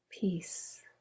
peace